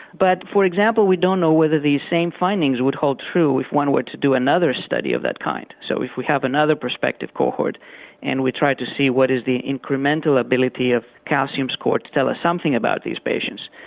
but for example we don't know whether these same findings would hold true if one were to do another study of that kind. so if we have another prospective cohort and we try to see what is the incremental ability of calcium score to tell us something about these patients,